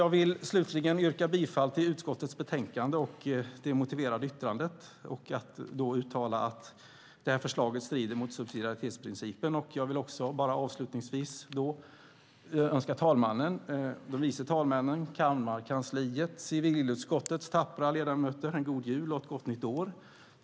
Jag yrkar slutligen bifall till utskottets förslag i betänkandet och det motiverade yttrandet och uttalar att förslaget strider mot subsidiaritetsprincipen. Avslutningsvis önskar jag talmannen och de vice talmännen, kammarkansliet och civilutskottets tappra ledamöter en god jul och ett gott nytt år.